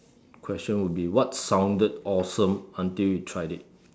question will be what sounded awesome until you tried it